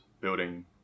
building